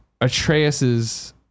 Atreus's